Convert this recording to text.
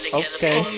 okay